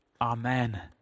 amen